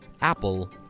Apple